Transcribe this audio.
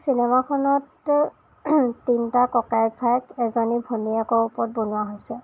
সেই চিনেমাখনত তিনিটা ককায়েক ভায়েক এজনী ভনীয়েকৰ ওপৰত বনোৱা হৈছে